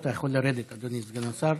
אתה יכול לרדת, אדוני סגן השר.